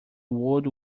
old